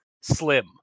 slim